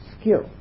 skill